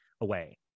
away